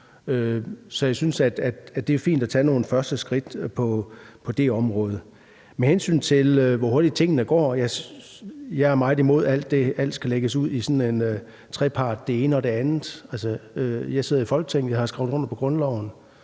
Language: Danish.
Så jeg synes, det er fint at tage nogle første skridt på det område. Med hensyn til hvor hurtigt tingene går, er jeg meget imod, at alt skal lægges ud i sådan en trepart. Jeg sidder i Folketinget; jeg har skrevet under på grundloven.